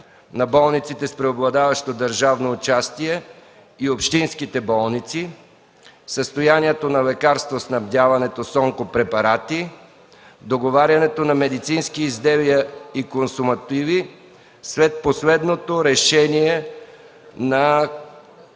на болниците с преобладаващо държавно участие и общинските болници; - състоянието на лекарствоснабдяването с онкопрепарати; - договарянето на медицински изделия и консумативи след последното решение на